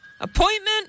Appointment